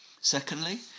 Secondly